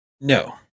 No